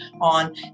on